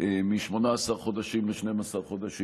מ-18 חודשים ל-12 חודשים.